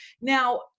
Now